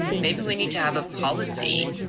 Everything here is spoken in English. maybe we need to have a policy